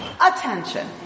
attention